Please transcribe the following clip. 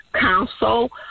Council